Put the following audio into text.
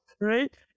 right